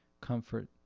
comfort